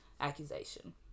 accusation